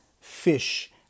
fish